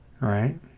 Right